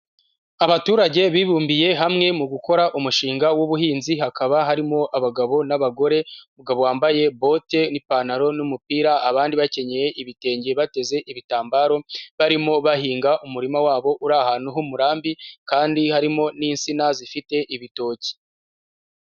Abaturage bibumbiye hamwe mu gukora umushinga w'ubuhinzi, hakaba harimo abagabo n'abagore, umugabo wambaye bote n'ipantaro n'umupira, abandi bakenye ibitenge, bateze ibitambaro, barimo bahinga umurima wabo uri ahantu h'umurambi, kandi harimo n'insina zifite ibitoki.